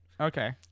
Okay